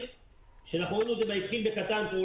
שאנחנו רואים שהתחיל בקטן בפתח תקווה,